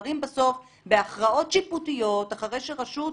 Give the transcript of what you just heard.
שנגמרים בסוף בהכרעות שיפוטיות אחרי שרשות